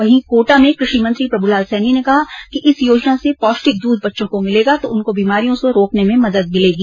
वहीं कोटा में कृषि मंत्री प्रभुलाल सैनी ने कहा कि इस योजना से पोष्टिक दूध बच्चों को मिलेगा तो उनको बीमारियों से रोकने में मदद मिलेगी